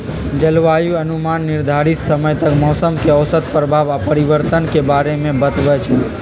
जलवायु अनुमान निर्धारित समय तक मौसम के औसत प्रभाव आऽ परिवर्तन के बारे में बतबइ छइ